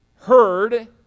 heard